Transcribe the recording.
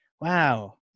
Wow